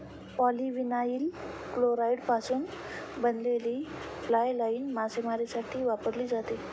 polyvinyl क्लोराईडपासून बनवलेली fly line मासेमारीसाठी वापरली जाते